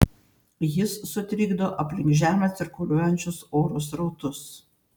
jis sutrikdo aplink žemę cirkuliuojančius oro srautus